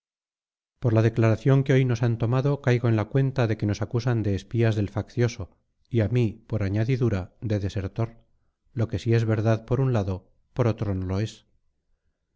por la declaración que hoy nos han tomado caigo en la cuenta de que nos acusan de espías del faccioso y a mí por añadidura de desertor lo que si es verdad por un lado por otro no lo es